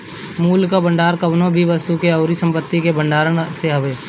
मूल्य कअ भंडार कवनो भी वस्तु अउरी संपत्ति कअ भण्डारण से हवे